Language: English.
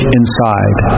inside